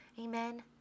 Amen